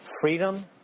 Freedom